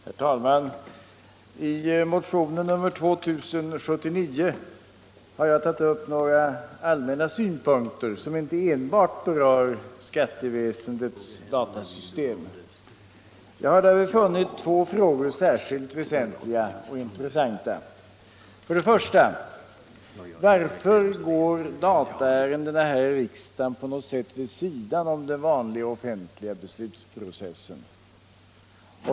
Herr talman! I motionen 2079 har jag tagit upp några allmänna synpunkter som inte enbart berör skatteväsendets datasystem. Jag har därvid funnit två frågor särskilt väsentliga och intressanta. För det första: Varför går dataärendena här i riksdagen på något sätt vid sidan om den vanliga offentliga beslutsprocessen?